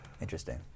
Interesting